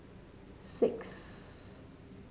six